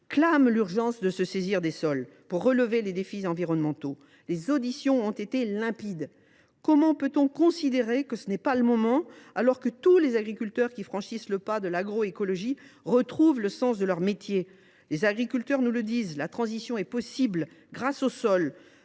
clament l’urgence de s’emparer de la question des sols pour relever les défis environnementaux ? À cet égard, nos auditions ont été limpides. Comment peut on considérer que ce n’est pas le moment, alors que tous les agriculteurs qui franchissent le pas de l’agroécologie retrouvent le sens de leur métier ? Les agriculteurs nous le disent : la transition est possible, grâce aux sols,